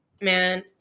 man